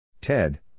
Ted